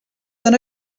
són